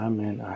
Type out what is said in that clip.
Amen